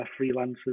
freelancers